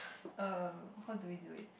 um how do we do it